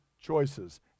choices